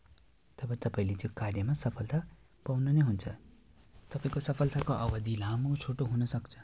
तब तपाईँले त्यो कार्यमा सफलता पाउनु नै हुन्छ तपाईँको सफलताको अवधि लामो छोटो हुनसक्छ